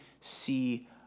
see